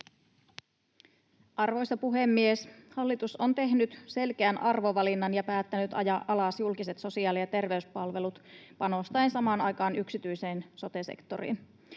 Arvoisa puhemies! Hallitus on tehnyt selkeän arvovalinnan ja päättänyt ajaa alas julkiset sosiaali- ja terveyspalvelut panostaen samaan aikaan yksityiseen sote-sektoriin.